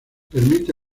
permite